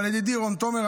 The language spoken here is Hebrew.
אבל ידידי רון תומר,